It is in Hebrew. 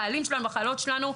החיילים והחיילות שלנו,